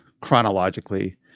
chronologically